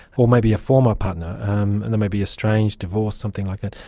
or maybe a former partner um and that may be estranged, divorced, something like that.